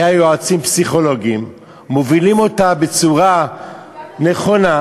יועצים פסיכולוגיים היו מובילים אותה בצורה נכונה.